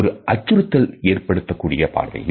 இது ஒரு அச்சுறுத்தல் ஏற்படுத்தாத பார்வை